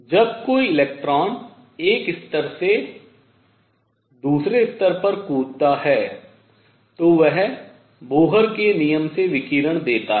जब कोई इलेक्ट्रॉन एक स्तर से दूसरे स्तर पर कूदता है तो वह बोहर के नियम से विकिरण देता है